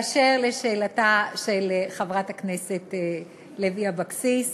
באשר לשאלתה של חברת הכנסת לוי אבקסיס,